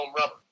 rubber